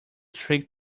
trick